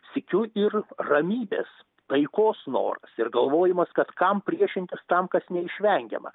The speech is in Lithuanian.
sykiu ir ramybės taikos noras ir galvojimas kad kam priešintis tam kas neišvengiama